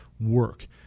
work